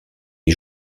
des